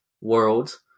world